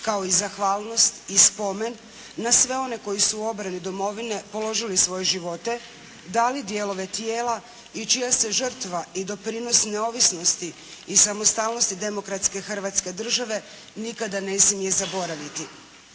kao i zahvalnost i spomen na sve one koji su u obrani domovine položili svoje živote, dali dijelove tijela i čija se žrtva i doprinos neovisnosti i samostalnosti demokratske Hrvatske države nikada ne smije zaboraviti.